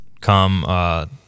come